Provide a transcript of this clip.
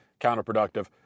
counterproductive